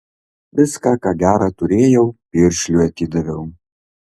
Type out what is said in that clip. viską ką gera turėjau piršliui atidaviau